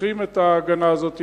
שצריכים את ההגנה הזאת,